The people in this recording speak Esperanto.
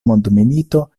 mondmilito